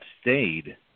stayed